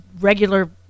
regular